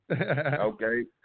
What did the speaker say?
okay